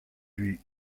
huit